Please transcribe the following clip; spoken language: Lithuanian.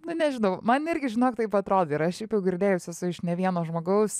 nu nežinau man irgi žinok taip atrodo ir aš šiaip jau girdėjus esu iš ne vieno žmogaus